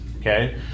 Okay